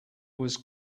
was